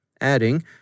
adding